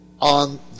on